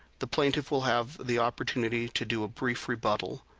the plaintiff will have the opportunity to do a brief rebuttal,